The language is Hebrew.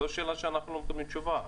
זאת השאלה שאנחנו לא מקבלים עליה תשובה.